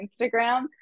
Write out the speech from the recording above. Instagram